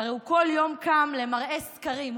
כל יום קם למראה סקרים,